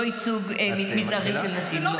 לא ייצוג מזערי של נשים.